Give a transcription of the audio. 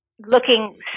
looking